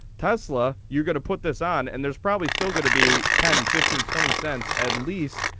tesla you're going to put this on and there's probably still going to be ten fifteen twenty cents at least.